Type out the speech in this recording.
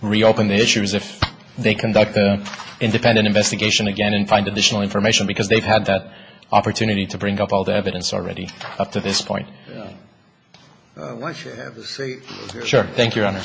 reopen the issue is if they conduct the independent investigation again and find additional information because they've had the opportunity to bring up all the evidence already up to this point sure thank you